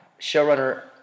Showrunner